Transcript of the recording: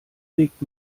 legt